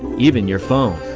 even your phone.